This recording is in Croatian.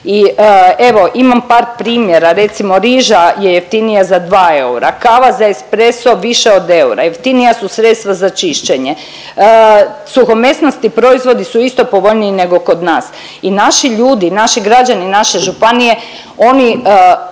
I evo imam par primjera, recimo riža je jeftinija za dva eura, kava za espreso više od eura, jeftinija su sredstva za čišćenje. Suhomesnati proizvodi su isto povoljniji nego kod nas i naši ljudi, naši građani naše županije, oni